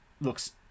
looks